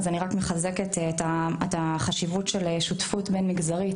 אז אני רק מחזקת את החשיבות של שותפות בין-מגזרית.